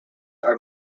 are